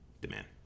demand